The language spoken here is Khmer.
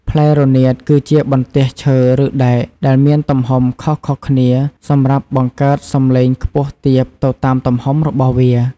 ផ្លែរនាតគឺជាបន្ទះឈើឬដែកដែលមានទំហំខុសៗគ្នាសម្រាប់បង្កើតសំឡេងខ្ពស់ទាបទៅតាមទំហំរបស់វា។